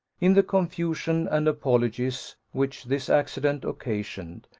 in the confusion and apologies which this accident occasioned,